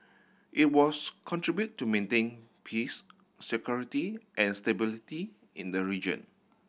it was contribute to maintaining peace security and stability in the region